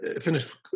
finish